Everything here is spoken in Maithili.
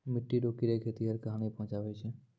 मिट्टी रो कीड़े खेतीहर क हानी पहुचाबै छै